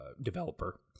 developer